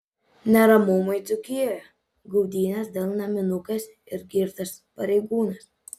neramumai dzūkijoje gaudynės dėl naminukės ir girtas pareigūnas